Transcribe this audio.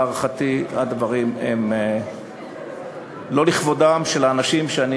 להערכתי הדברים הם לא לכבודם של האנשים שאני